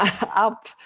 up